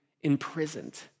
imprisoned